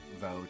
vote